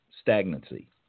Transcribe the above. stagnancy